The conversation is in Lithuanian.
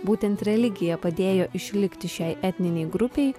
būtent religija padėjo išlikti šiai etninei grupei